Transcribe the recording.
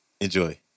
Enjoy